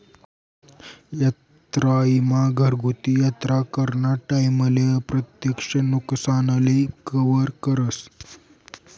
यात्रा ईमा घरगुती यात्रा कराना टाईमले अप्रत्यक्ष नुकसानले कवर करस